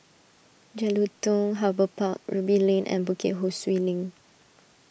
Jelutung Harbour Park Ruby Lane and Bukit Ho Swee Link